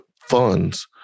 funds